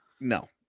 no